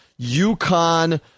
UConn